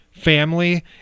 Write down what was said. Family